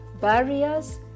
Barriers